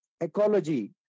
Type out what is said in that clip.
ecology